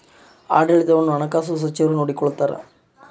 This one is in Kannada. ಆಡಳಿತವನ್ನು ಹಣಕಾಸು ಸಚಿವರು ನೋಡಿಕೊಳ್ತಾರ